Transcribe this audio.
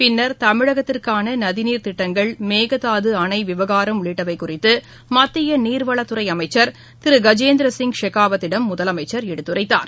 பின்னர் தமிழகத்திற்கான நதிநீர் திட்டங்கள் மேகதாது அணை விவகாரம் உள்ளிட்டவை குறித்து மத்திய நீர்வளத்துறை அமைச்சர் திரு கஜேந்திர சிங் ஷெகாவத்திடம் முதலனமச்சர் எடுத்துரைத்தார்